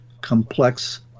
complex